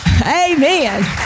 Amen